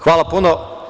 Hvala puno.